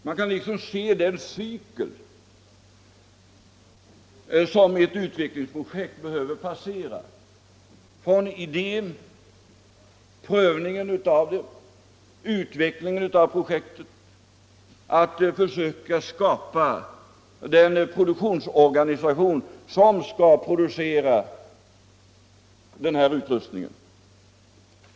Man kan liksom se den cykel som ett utvecklingsprojekt behöver passera från idén, prövningen av det, utvecklingen av projektet för att sedan försöka skapa den produktionsorganisation som skall producera utrustningen.